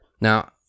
Now